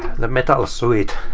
the metal suit.